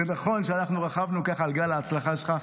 זה נכון שאנחנו רכבנו ככה על גל ההצלחה שלך.